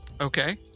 Okay